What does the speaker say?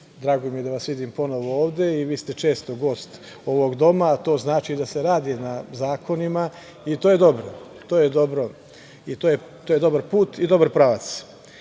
drago mi je da vas vidim ponovo ovde i vi ste često gost ovog doma, a to znači da se radi na zakonima i to je dobro. To je dobar put i dobar pravac. Želim